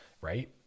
right